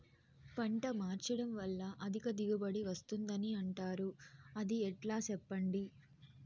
పంట మార్చడం వల్ల అధిక దిగుబడి వస్తుందని అంటారు అది ఎట్లా సెప్పండి